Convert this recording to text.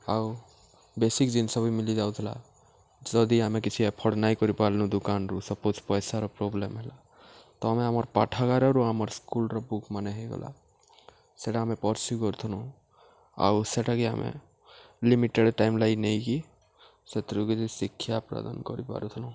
ଆଉ ବେସିକ୍ ଜିନିଷ ବି ମିଲିଯାଉଥିଲା ଯଦି ଆମେ କିଛି ଏଫୋର୍ଡ଼୍ ନାଇ କରିପାର୍ଲୁ ଦୁକାନ୍ରୁ ସପୋଜ୍ ପଏସାର ପ୍ରୋବ୍ଲେମ୍ ହେଲା ତ ଆମେ ଆମର୍ ପାଠାଗାରରୁ ଆମର୍ ସ୍କୁଲ୍ର ବୁକ୍ମାନେ ହେଇଗଲା ସେଟା ଆମେ ପର୍ସିଉ କରୁଥୁନୁ ଆଉ ସେଟାକେ ଆମେ ଲିମିଟେଡ଼୍ ଟାଇମ୍ ଲାଗି ନେଇକି ସେଥିରୁ କିଛି ଶିକ୍ଷା ପ୍ରଦାନ କରିପାରୁଥିନୁ